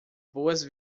boas